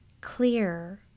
clear